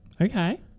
Okay